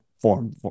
form